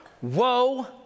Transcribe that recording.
Whoa